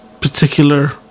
particular